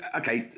okay